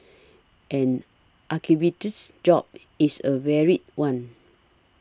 an archivist's job is a varied one